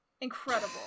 incredible